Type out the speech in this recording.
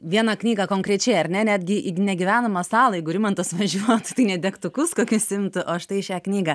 vieną knygą konkrečiai ar ne netgi į negyvenamą salą jeigu rimantas važiuotų tai ne degtukus kokius imtų o štai šią knygą